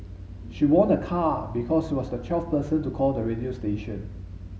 she won a car because she was the twelfth person to call the radio station